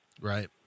Right